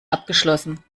abgeschlossen